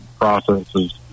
processes